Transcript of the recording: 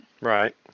right